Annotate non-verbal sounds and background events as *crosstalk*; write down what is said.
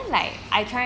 *laughs*